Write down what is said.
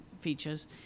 features